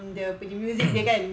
dia punya music dia kan